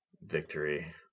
victory